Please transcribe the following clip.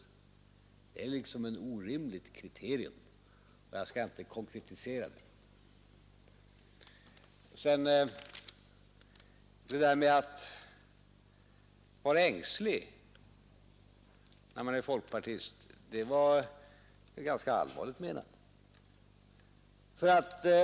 Det är ett orimligt kriterium. Jag skall inte konkretisera det. Vad jag sade om att vara ängslig när man är folkpartist var ganska allvarligt menat.